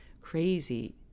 crazy